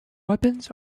weapons